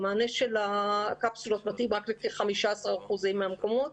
המענה של הקפסולות רק לכ-15% מהמקומות.